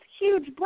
huge